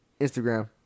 Instagram